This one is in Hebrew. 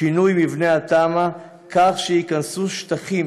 שינוי מבנה התמ"א כך שייכנסו שטחים